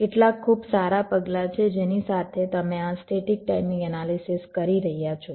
કેટલાક ખૂબ સારા પગલાં છે જેની સાથે તમે આ સ્ટેટિક ટાઈમિંગ એનાલિસિસ કરી રહ્યા છો